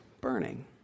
burning